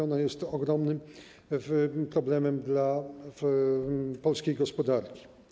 Ona jest ogromnym problemem dla polskiej gospodarki.